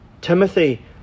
Timothy